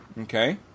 Okay